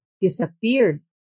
disappeared